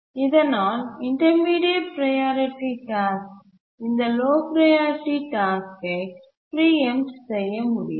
இதனால் intermediate priority task இந்த low priority டாஸ்க்கை பிரீஎம்ட் செய்ய முடியாது